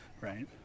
right